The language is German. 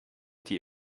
die